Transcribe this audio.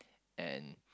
and